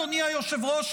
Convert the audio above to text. אדוני היושב-ראש,